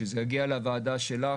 כשזה יגיע לוועדה שלך,